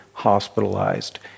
hospitalized